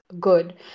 good